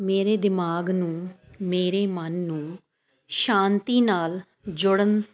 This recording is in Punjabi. ਮੇਰੇ ਦਿਮਾਗ ਨੂੰ ਮੇਰੇ ਮਨ ਨੂੰ ਸ਼ਾਂਤੀ ਨਾਲ ਜੁੜਨ